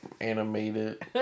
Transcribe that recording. animated